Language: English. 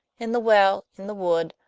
in the well, in the wood,